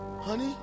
Honey